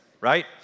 Right